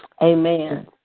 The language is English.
Amen